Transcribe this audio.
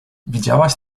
widziałaś